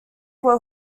were